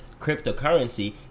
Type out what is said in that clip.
cryptocurrency